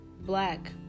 black